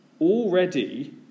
Already